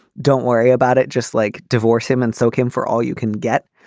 don't worry about it just like divorce him and soak him for all you can get.